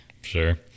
Sure